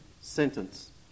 sentence